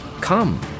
Come